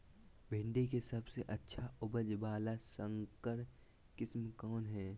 भिंडी के सबसे अच्छा उपज वाला संकर किस्म कौन है?